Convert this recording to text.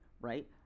right